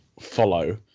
follow